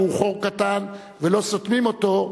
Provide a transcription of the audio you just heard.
והוא חור קטן ולא סותמים אותו,